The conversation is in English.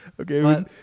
Okay